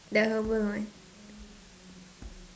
the herbal one